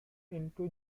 into